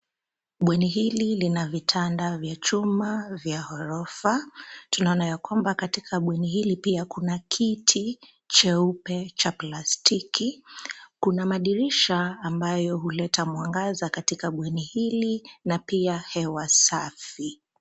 Bweni hili lina vitanda vya chuma vya ghorofa, tunaona ya kwamba katika bweni hili pia kuna kiti cheupe cha plastiki. Kuna madirisha ambayo huleta mwangaza katika bweni hili na pia hewa safi.